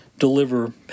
deliver